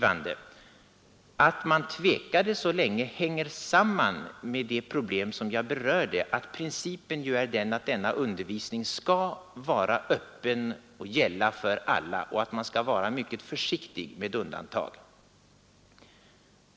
Att man tvekade så länge hänger samman med det problem som jag berörde, nämligen att principen är att denna undervisning skall vara öppen och gälla för alla och att man skall vara mycket försiktig med undantag.